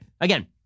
Again